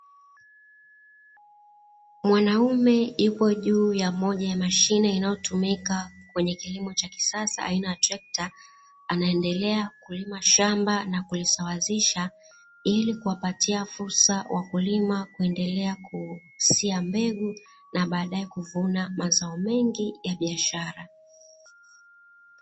Mwanaume yupo juu ya moja ya mashine inayotumika kwenye kilimo cha kisasa aina ya trekta, anaendelea kulima shamba na kulisawazisha ili kuwapatia fursa wakulima kuendelea kusia mbegu na baadaye kuvuna mazao mengi ya biashara.